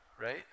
right